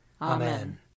Amen